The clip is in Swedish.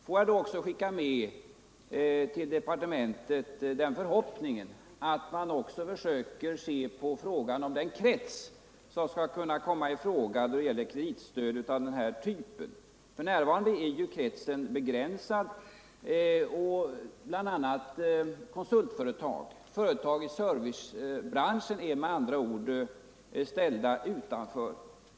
Får jag då också till departementet skicka med den förhoppningen att man även försöker ta upp frågan om den krets som skall kunna komma i fråga då det gäller kreditstöd av denna typ. För närvarande är den kretsen begränsad. BI. a. är konsultföretag och övriga företag i servicebranschen ställda utanför.